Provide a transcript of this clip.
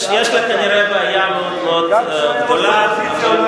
יש לה כנראה בעיה מאוד מאוד גדולה,